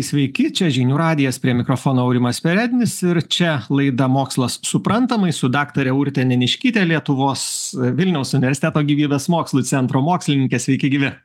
sveiki čia žinių radijas prie mikrofono aurimas perednis ir čia laida mokslas suprantamai su daktare urte neniškyte lietuvos vilniaus universiteto gyvybės mokslų centro mokslininke sveiki gyvi